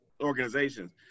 organizations